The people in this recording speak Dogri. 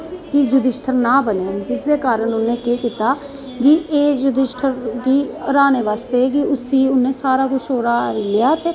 कि युदिष्टर ना बने इसदे कारण उंहे के कीता कि एह् युदिष्टर गी हराना बास्तै कि उसी उनें सारा कुछ ओहदा लेई लेआ ते